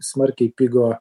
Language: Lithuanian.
smarkiai pigo